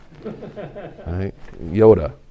Yoda